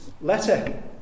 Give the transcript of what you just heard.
letter